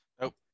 nope